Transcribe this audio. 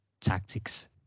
tactics